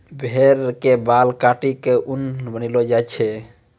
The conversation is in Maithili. भेड़ के बाल काटी क ऊन बनैलो जाय छै